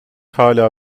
hala